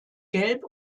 gelb